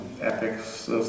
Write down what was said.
epics